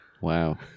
Wow